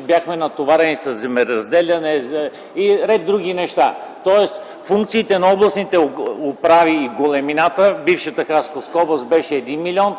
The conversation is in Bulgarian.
Бяхме натоварени със земеразделяне и ред други неща. Тоест функциите на областните управи и големината на бившата Хасковска област беше 1 млн.,